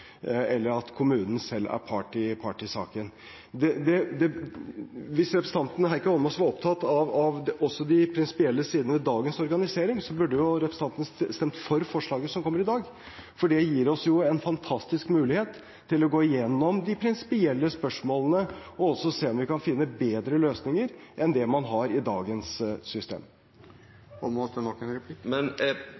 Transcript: eller når kommunen selv er part i saken. Hvis representanten Heikki Eidsvoll Holmås også er opptatt av de prinsipielle sidene ved dagens organisering, burde han jo stemme for forslaget som det skal voteres over i dag, for det gir oss en fantastisk mulighet til å gå igjennom de prinsipielle spørsmålene og se om vi kan finne bedre løsninger enn dem man har i dagens system.